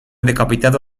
decapitado